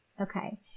Okay